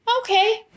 Okay